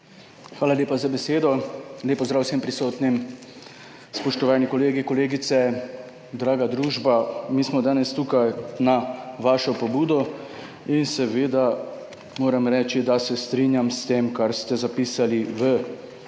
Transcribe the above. Hvala lepa za besedo. Lep pozdrav vsem prisotnim, spoštovani kolegi, kolegice, draga družba! Mi smo danes tukaj na vašo pobudo in seveda moram reči, da se strinjam s tem, kar ste zapisali v svojem